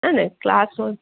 હે ને કલાસ હોય